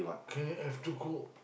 can have to cook